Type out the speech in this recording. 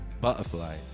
butterfly